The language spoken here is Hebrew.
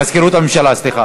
מזכירות הממשלה, סליחה.